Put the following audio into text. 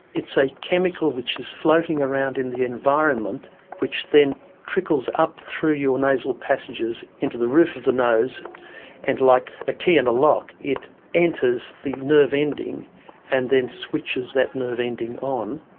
it's a chemical which is floating around in the environment which then trickles up through your nasal passages into the roof of the nose and, like a key and a lock, it enters the nerve ending and then switches that nerve ending on,